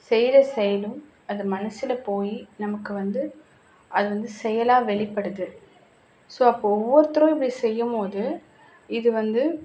செய்கிற செயலும் அந்த மனதில் போய் நமக்கு வந்து அது வந்து செயலாக வெளிப்படுது ஸோ அப்போது ஒவ்வொருத்தரும் இப்படி செய்யபோது இது வந்து